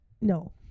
No